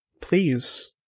please